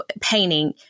painting